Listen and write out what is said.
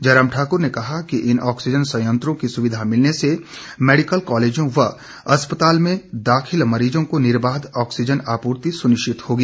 जयराम ठाकुर ने कहा कि इन ऑक्सीजन संयंत्रों की सुविधा मिलने से मेडिकल कॉलेजों व अस्पताल में दाखिल मरीजों को निर्बाध ऑक्सीजन आपूर्ति सुनिश्चित होगी